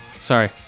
Sorry